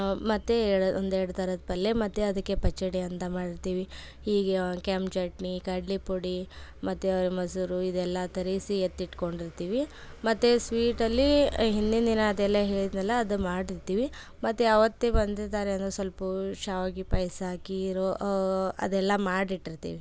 ಮತ್ತು ಒಂದು ಎರಡು ಥರದ ಪಲ್ಯ ಮತ್ತು ಅದಕ್ಕೆ ಪಚಡಿ ಅಂತ ಮಾಡಿರ್ತೀವಿ ಹೀಗೆ ಕೆಂಪು ಚಟ್ನಿ ಕಡ್ಲೆ ಪುಡಿ ಮತ್ತು ಮೊಸರು ಇದೆಲ್ಲ ತರಿಸಿ ಎತ್ತಿಟ್ಟುಕೊಂಡಿರ್ತೀವಿ ಮತ್ತು ಸ್ವೀಟಲ್ಲಿ ಹಿಂದಿನ ದಿನ ಅದೆಲ್ಲ ಹೇಳಿದ್ದೆನಲ್ಲ ಅದು ಮಾಡಿರ್ತೀವಿ ಮತ್ತು ಅವತ್ತೇ ಬಂದಿದಾರೆಂದ್ರೆ ಸ್ವಲ್ಪ ಶಾವಿಗೆ ಪಾಯಸ ಖೀರು ಅದೆಲ್ಲ ಮಾಡಿ ಇಟ್ಟಿರ್ತೀವಿ